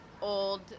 old